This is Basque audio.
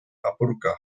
apurka